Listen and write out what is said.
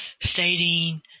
stating